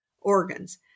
organs